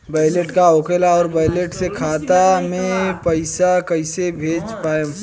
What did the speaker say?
Wallet का होखेला और वैलेट से खाता मे पईसा कइसे भेज पाएम?